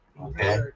okay